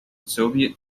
soviet